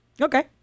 okay